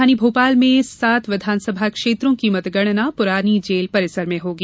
राजधानी भोपाल में सात विधानसभा क्षेत्रों की मतगणना पुरानी जेल परिसर में होगी